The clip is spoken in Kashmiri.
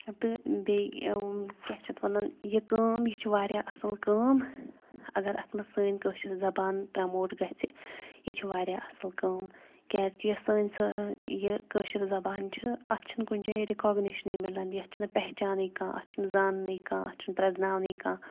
تہٕ بیٚیہِ کیٛاہ چھِ اَتھ وَنان یہِ کٲم یہِ چھِ واریاہ اَصٕل کٲم اگر اَتھ منٛز سٲنۍ کٲشِر زبان پرٛموٹ گژھِ یہِ چھِ واریاہ اَصٕل کٲم کیٛازِکہِ یۄس سٲنۍ سا یہِ کٲشِر زبان چھِ اَتھ چھِنہٕ کُنہِ جاے رِکانیشنٕے مِلان یَتھ چھِنہٕ پیچانٕے کانٛہہ اَتھ چھُنہٕ زاننٕے کانٛہہ اَتھ چھُنہٕ پرٛزناونٕے کانٛہہ